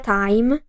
time